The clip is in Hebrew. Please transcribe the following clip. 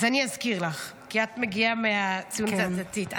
אז אני אזכיר לך, כי את מגיעה מהציונות הדתית.